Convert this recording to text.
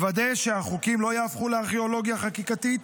לוודא שהחוקים לא יהפכו לארכיאולוגיה חקיקתית,